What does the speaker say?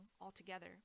altogether